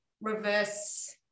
reverse